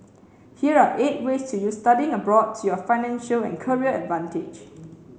here are eight ways to use studying abroad to your financial and career advantage